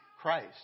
Christ